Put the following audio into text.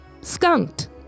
skunked